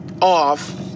off